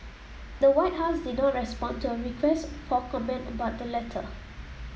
the White House did not respond to a request for comment about the letter